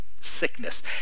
sickness